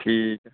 ਠੀਕ